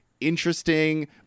interesting